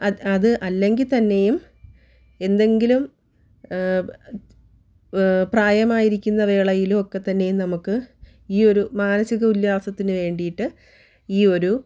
അത് അല്ലെങ്കിൽ തന്നെയും എന്തെങ്കിലും പ്രായമായിരിക്കുന്ന വേളയിൽ ഒക്കെ തന്നെയും നമുക്ക് ഈ ഒരു മാനസിക ഉല്ലാസത്തിന് വേണ്ടിയിട്ട് ഈ ഒരു